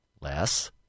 less